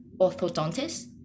orthodontist